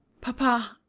papa